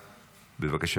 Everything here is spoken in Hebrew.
בבקשה,